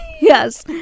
Yes